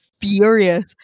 furious